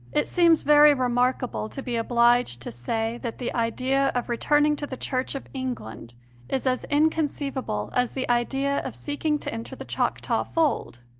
it seems very remarkable to be obliged to say that the idea of returning to the church of england is as inconceivable as the idea of seeking to enter the choctaw fold.